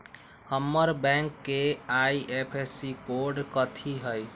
हमर बैंक के IFSC code कथि हई?